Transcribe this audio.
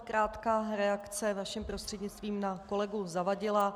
Krátká reakce vaším prostřednictvím na kolegu Zavadila.